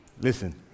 Listen